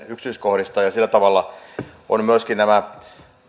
yksityiskohdista ja ja sillä tavalla on myöskin nämä